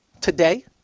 today